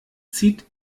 zieht